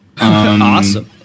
awesome